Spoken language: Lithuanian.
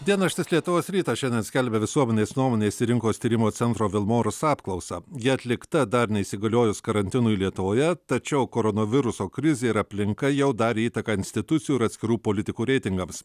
dienraštis lietuvos rytas šiandien skelbia visuomenės nuomonės ir rinkos tyrimo centro vilmorus apklausą ji atlikta dar neįsigaliojus karantinui lietuvoje tačiau koronaviruso krizė ir aplinka jau darė įtaką institucijų ir atskirų politikų reitingams